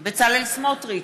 בצלאל סמוטריץ,